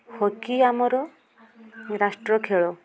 hockey ଆମର ରାଷ୍ଟ୍ର ଖେଳ